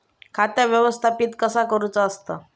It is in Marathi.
खाता व्यवस्थापित कसा करुचा असता?